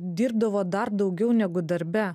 dirbdavo dar daugiau negu darbe